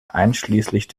einschließlich